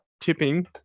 tipping